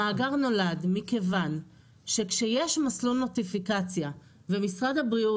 המאגר נולד מכיוון שכשיש מסלול נוטיפיקציה ומשרד הבריאות